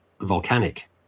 volcanic